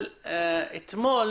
אבל אתמול,